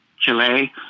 Chile